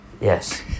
Yes